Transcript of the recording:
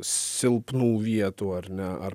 silpnų vietų ar ne ar